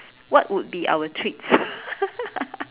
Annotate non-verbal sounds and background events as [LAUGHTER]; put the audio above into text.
what would be our treats [LAUGHS]